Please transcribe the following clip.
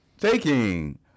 Taking